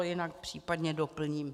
Jinak případně doplním.